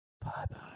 Bye-bye